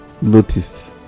noticed